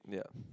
yeah